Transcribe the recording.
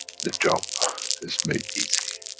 the job is made easy.